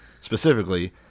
Specifically